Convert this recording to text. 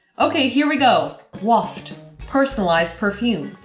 okay here we go! waft personalised perfume.